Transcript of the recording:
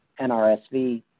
NRSV